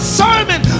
sermon